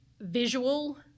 visual